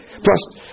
Plus